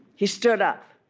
he stood up,